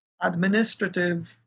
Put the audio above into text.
administrative